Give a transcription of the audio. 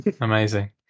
Amazing